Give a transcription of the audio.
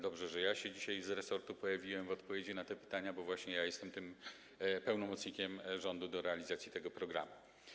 Dobrze, że ja się dzisiaj z resortu pojawiłem z odpowiedzią na te pytania, bo właśnie ja jestem pełnomocnikiem rządu do spraw realizacji tego programu.